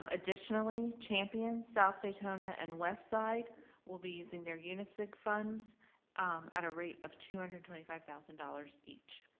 um additionally champion, south daytona and westside will be using their unisig funds at a rate of two hundred and twenty five thousand dollars each.